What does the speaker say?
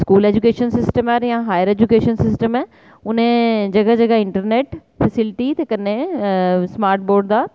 school education system ऐ जां higher education system ऐ उ'नें जगह जगह इंटरनैट्ट फैस्लिटी ते कन्नै स्मार्ट बोर्ड दा